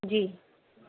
जी